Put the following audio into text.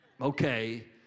okay